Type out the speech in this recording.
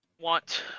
want